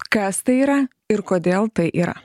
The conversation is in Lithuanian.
kas tai yra ir kodėl tai yra